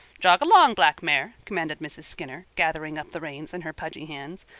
jog along, black mare, commanded mrs. skinner, gathering up the reins in her pudgy hands.